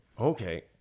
Okay